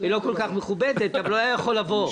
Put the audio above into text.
לא כל כך מכובדת אבל הוא היה יכול לבוא.